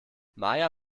maja